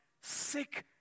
sick